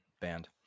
band